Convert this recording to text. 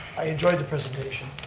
i enjoyed the presentation,